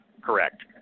correct